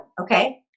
Okay